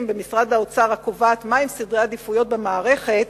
במשרד האוצר הקובעת מהם סדרי העדיפויות במערכת,